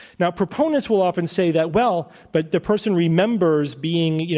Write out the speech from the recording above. now, proponents will often say that, well, but the person remembers being, you